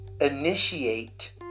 initiate